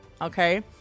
Okay